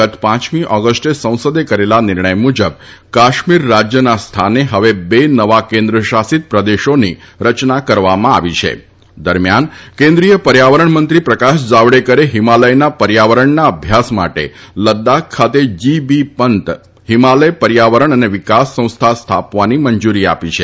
ગત પાંચમી ઓગષ્ટે સંસદે કરેલા નિર્ણય મુજબ કાશ્મીર રાજયના સ્થાને હવે બે નવા કેન્દ્ર શાસિત પ્રદેશોની રચના કરવામાં આવી છે દરમિયાન કેન્દ્રિય પર્યાવરણ મંત્રી પ્રકાશ જાવડેકરે હિમાલયના પર્યાવરણના અભ્યાસ માટે લદાખ ખાતે જીબી પંત હિમાલય પર્યાવરણ અને વિકાસ સંસ્થા સ્થાપવાની મંજુરી આપી છે